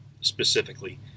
specifically